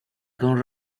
con